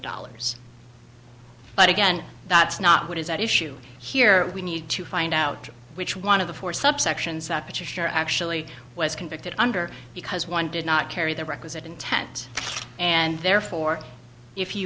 dollars but again that's not what is at issue here we need to find out which one of the four subsections up you're sure actually was convicted under because one did not carry the requisite intent and therefore if